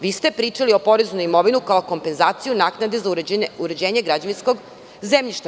Vi ste pričali o porezu na imovinu kao kompenzaciju naknade za uređenje građevinskog zemljišta.